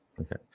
Okay